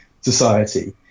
society